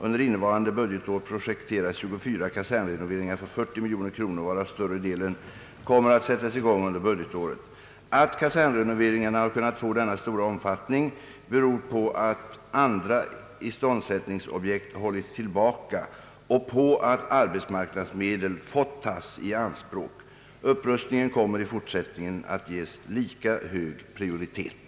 Under innevarande budgetår projekteras 24 kasernrenoveringar för 40 milj.kr., varav större delen kommer att sättas i gång under budgetåret. Att kasernrenoveringarna har kunnat få denna stora omfattning beror på att andra iståndsättningsobjekt hållits tillbaka och på att arbetsmarknadsmedel fått tas i anspråk, Upprustningen kommer i fortsättningen att ges lika hög Prioritet.